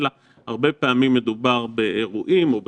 הרבה פעמים מדובר באירועים, בקבוצות,